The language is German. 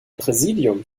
präsidium